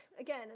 again